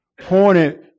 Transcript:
pointed